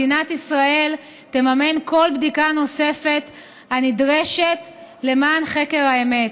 מדינת ישראל תממן כל בדיקה נוספת הנדרשת למען חקר האמת.